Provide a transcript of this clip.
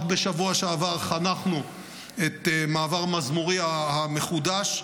רק בשבוע שעבר חנכנו את מעבר מזמוריה המחודש,